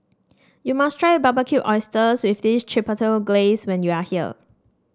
you must try Barbecue Oysters with Chipotle Glaze when you are here